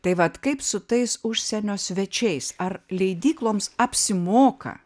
tai vat kaip su tais užsienio svečiais ar leidykloms apsimoka